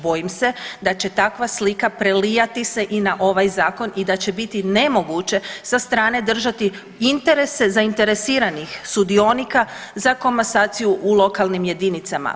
Bojim se da će takva slika prelijati se i na ovaj Zakon i da će biti nemoguće sa strane držati interese zainteresiranih sudionika za komasaciju u lokalnim jedinicama.